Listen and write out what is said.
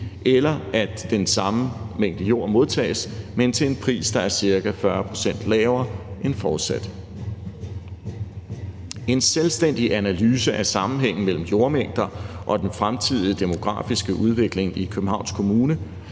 eller at den samme mængde jord modtages, men til en pris, der er ca. 40 pct. lavere end forudsat. En selvstændig analyse af sammenhængen mellem jordmængder og den fremtidige demografiske udvikling i Københavns Kommune